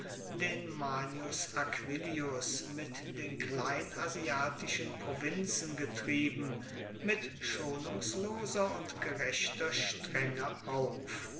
den manius aquillius mit den kleinasiatischen provinzen getrieben mit schonungsloser und gerechter strenge auf